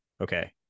okay